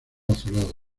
azulados